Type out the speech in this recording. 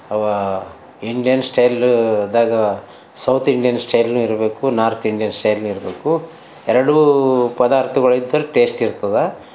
Indian style ದಾಗ south Indian ಸ್ಟೈಲ್ನೂ ಇರಬೇಕು ನಾರ್ತ್ ಇಂಡಿಯನ್ ಸ್ಟೈಲ್ನೂ ಇರಬೇಕು ಎರಡೂ ಪದಾರ್ಥಗಳು ಇದ್ದಲ್ಲಿ ಟೇಸ್ಟ್ ಇರ್ತದೆ